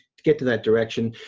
to get to that direction.